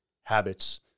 habits